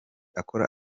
akora